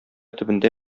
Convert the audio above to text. төбендә